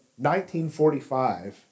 1945